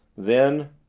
then,